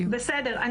בסדר,